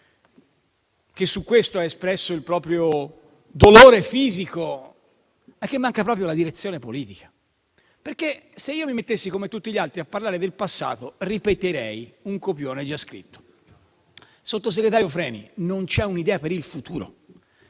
che su questo ha espresso il proprio dolore fisico - è che manca proprio la direzione politica: se mi mettessi, come tutti gli altri, a parlare del passato, ripeterei un copione già scritto. Sottosegretario Freni, non c'è un'idea per il futuro.